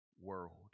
world